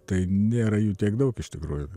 tai nėra jų tiek daug iš tikrųjų